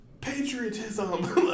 Patriotism